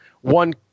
one